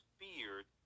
feared